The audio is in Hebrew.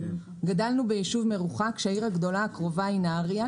גדלנו ביישוב מרוחק שהעיר הגדולה הקרובה היא נהרייה,